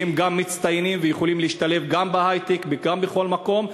שהם גם מצטיינים ויכולים להשתלב גם בהיי-טק וגם בכל מקום.